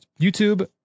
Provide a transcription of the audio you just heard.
youtube